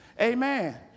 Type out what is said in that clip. Amen